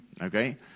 okay